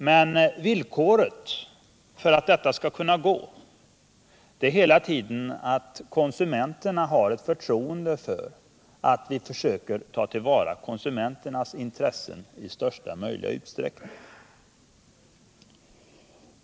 Men villkoret för att detta skall kunna gå är hela tiden att konsumenterna har ett förtroende för att vi försöker ta till vara konsumenternas intressen i största möjliga utsträckning.